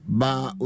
ba